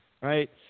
Right